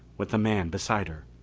with the man beside her.